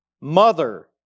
mother